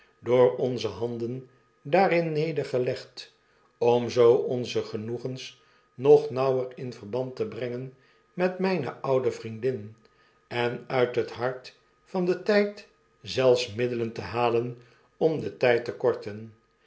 door onze handen daarin nedergelegd om zoo onze genoegens nog nauwer in verband te brengen met myne oude vriendin en uit het hart van den tijd zelfs middelpn te halen om den tyd te kbrten